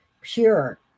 pure